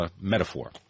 metaphor